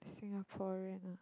Singaporean ah